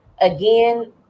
Again